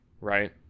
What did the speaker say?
right